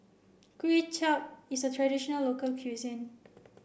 Kuay Chap is a traditional local cuisine